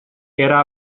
era